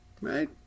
right